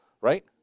right